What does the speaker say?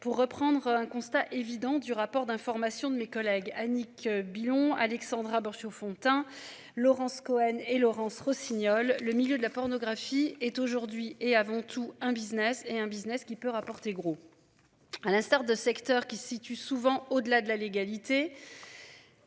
pour reprendre un constat évident du rapport d'information de mes collègues Annick Billon Alexandra Borchio-Fontimp Laurence Cohen et Laurence Rossignol. Le milieu de la pornographie est aujourd'hui est avant tout un Business et un Business qui peut rapporter gros. À l'instar de secteurs qui situe souvent au-delà de la légalité.